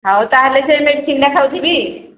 ହଉ ତା'ହେଲେ ସେ ମେଡ଼ିସିନ୍ଟା ଖାଉଥିବି